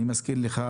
אני מזכיר לך,